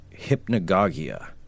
hypnagogia